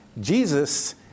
Jesus